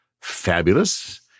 Fabulous